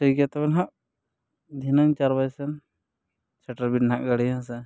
ᱴᱷᱤᱠ ᱜᱮᱭᱟ ᱛᱚᱵᱮ ᱱᱟᱦᱟᱜ ᱫᱷᱤᱱᱟᱹᱝ ᱪᱟᱨ ᱵᱟᱡᱮ ᱥᱮᱱ ᱥᱮᱴᱮᱨ ᱵᱮᱱ ᱱᱟᱦᱟᱜ ᱜᱟᱹᱰᱤ ᱦᱮᱸ ᱥᱮ